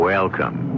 Welcome